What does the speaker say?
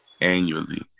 annually